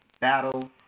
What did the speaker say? Battle